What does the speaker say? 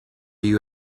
you